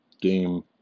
game